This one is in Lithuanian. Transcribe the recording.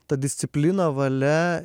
ta disciplina valia